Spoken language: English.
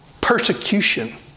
persecution